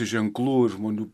ženklų ir žmonių